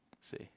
See